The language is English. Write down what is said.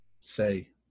say